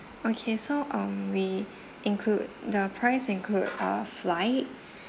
okay so um we include the price include uh flight